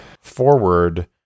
forward